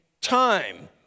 time